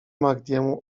mahdiemu